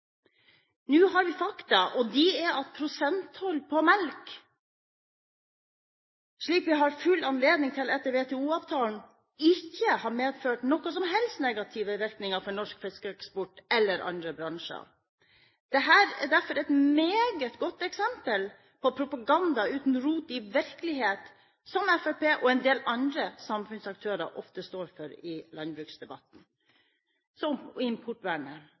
Nå har vi fakta, og det er at prosenttoll på melk – slik vi har full anledning til etter WTO-avtalen – ikke har medført noen som helst negative virkninger for norsk fiskeeksport eller andre bransjer. Dette er derfor et meget godt eksempel på propaganda uten rot i virkeligheten, som Fremskrittspartiet og en del andre samfunnsaktører ofte står for i landbruksdebatten. Så til importvernet.